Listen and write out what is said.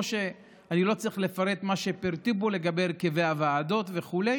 אני לא צריך לפרט מה שפירטו פה לגבי הרכבי הוועדות וכו',